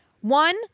one